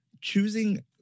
choosing